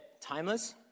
timeless